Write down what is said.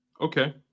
Okay